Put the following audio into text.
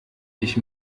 ich